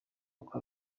uko